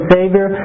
Savior